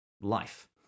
life